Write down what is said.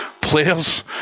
players